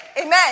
Amen